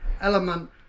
element